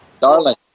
Darling